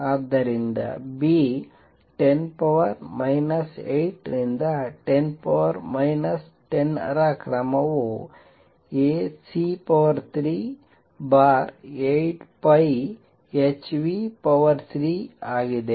ಆದ್ದರಿಂದ B 10 8 ರಿಂದ 10 10 ರ ಕ್ರಮದ Ac38πh3 ಆಗಿದೆ